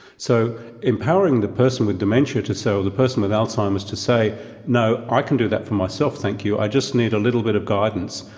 so empowering the person with dementia, or so the person with alzheimer's to say no, i can do that for myself thank you, i just need a little bit of guidance,